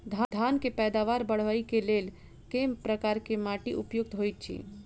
धान केँ पैदावार बढ़बई केँ लेल केँ प्रकार केँ माटि उपयुक्त होइत अछि?